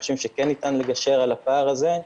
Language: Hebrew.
חושבים שכן ניתן לגשר על הפער הזה,